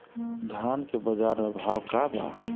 धान के बजार में भाव का बा